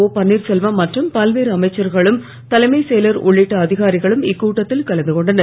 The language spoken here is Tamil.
ஆபன்வீர்செல்வம் மற்றும் பல்வேறு அமைச்சர்களும் தலைமைச் செயலர் உள்ளிட்ட அதிகாரிகளும் இக்கூட்டத்தில் கலந்துகொண்டனர்